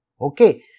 Okay